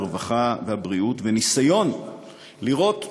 הרווחה והבריאות וניסיון לראות,